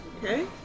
Okay